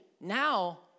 now